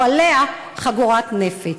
או עליה, חגורת נפץ.